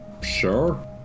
Sure